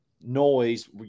noise